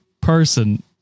person